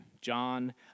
John